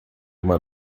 uma